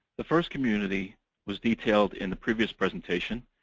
the first community was detailed in the previous presentation,